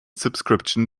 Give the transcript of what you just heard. subscription